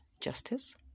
Justice